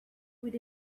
with